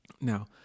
Now